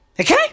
Okay